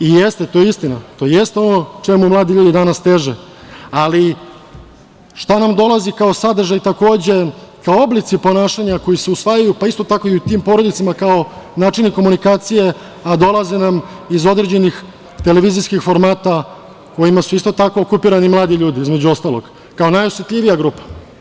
I jeste, to je istina, to jeste ono čemu mladi ljudi danas teže, ali što nam dolazi kao sadržaj takođe, kao oblici ponašanja koji se usvajaju, pa isto tako i u tim porodicama, kao načini komunikacije, a dolaze nam iz određenih televizijskih formata kojima su isto tako okupirani mladi ljudi, između ostalog, kao najosetljivija grupa.